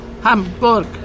Hamburg